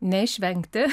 ne išvengti